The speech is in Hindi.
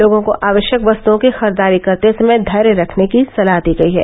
लोगों को आवश्यक वस्तुओं की खरीददारी करते समय धैर्य रखने की सलाह दी गयी है